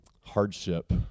hardship